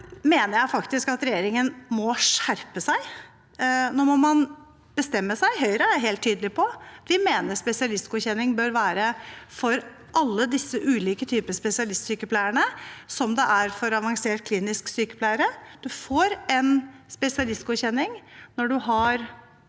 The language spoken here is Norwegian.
jeg faktisk at regjeringen må skjerpe seg. Nå må man bestemme seg. Høyre er helt tydelig på at vi mener spesialistgodkjenning bør være for alle disse ulike typene spesialistsykepleiere, slik det er for avansert klinisk sykepleiere. Man får en spesialistgodkjenning når man har